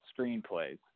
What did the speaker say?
screenplays